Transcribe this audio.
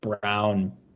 brown